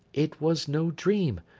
it was no dream,